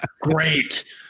Great